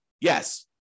Yes